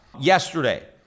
yesterday